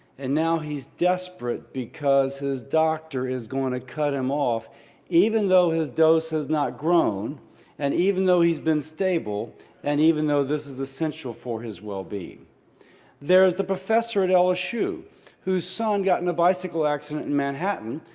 and now he's desperate because his doctor is going to cut him off even though his dose has not grown and even those he's been stable and even though this is essential for his well-being. there's the professor at lsu whose son got in a bicycle accident in manhattan,